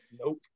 Nope